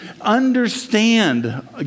understand